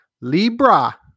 Libra